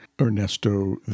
Ernesto